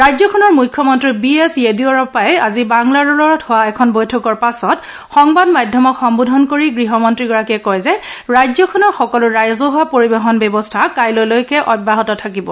ৰাজ্যখনৰ মুখ্যমন্ত্ৰী B S য়েডিয়ুৰাপ্পাৰ সৈতে আজি বাংগালুৰুত হোৱা এখন বৈঠকৰ পাছত সংবাদ মাধ্যমক সম্বোধন কৰি গৃহ মন্ত্ৰীগৰাকীয়ে কয় যে ৰাজ্যখনৰ সকলো ৰাজহুৱা পৰিবহণ কাইলৈ লৈকে অব্যাহত থাকিব